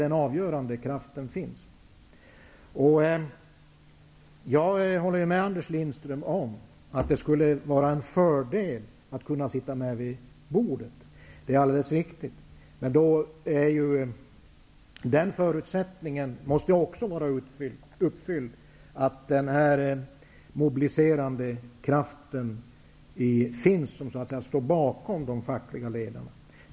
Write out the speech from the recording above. Jag håller med Anders Lindström om att det skulle vara en fördel att kunna sitta med vid förhandlingsbordet. Det är alldeles riktigt. Men en förutsättning som då måste vara uppfylld är att den mobiliserande kraft som finns så att säga bakom de fackliga ledarna.